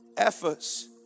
Efforts